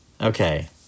Okay